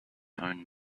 own